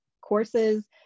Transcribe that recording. courses